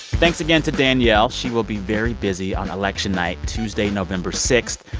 thanks again to danielle. she will be very busy on election night, tuesday, november six.